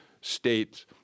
state's